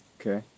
Okay